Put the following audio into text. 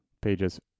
pages